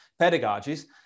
pedagogies